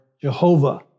Jehovah